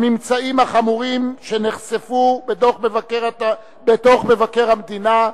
הממצאים החמורים שנחשפו בדוח מבקר המדינה.